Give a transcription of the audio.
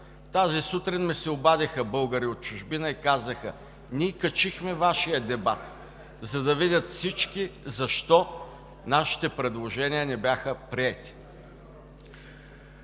Тази сутрин ми се обадиха българи от чужбина и казаха: „Ние качихме Вашия дебат, за да видят всички защо нашите предложения не бяха приети.“